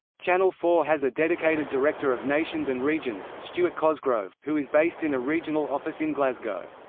channel four has a dedicated director of nations and regions, stuart cosgrove, who is based in a regional office in glasgow.